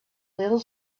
little